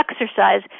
exercise